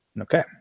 Okay